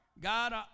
God